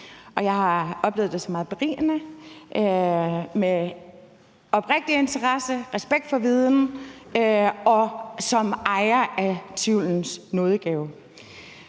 Jeg har oplevet det som meget berigende med oprigtig interesse, respekt for viden og som ejer af tvivlens nådegave.